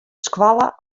skoalle